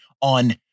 on